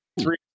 Three